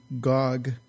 Gog